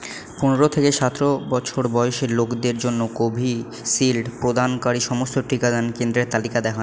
পনেরো থেকে সতেরো বছর বয়েসের লোকদের জন্য কোভিশিল্ড প্রদানকারী সমস্ত টিকাদান কেন্দ্রের তালিকা দেখান